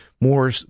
more